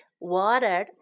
watered